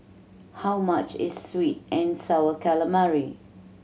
how much is sweet and Sour Calamari